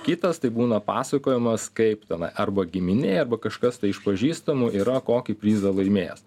kitas tai būna pasakojimas kaip tenai arba giminėj arba kažkas tai iš pažįstamų yra kokį prizą laimėjęs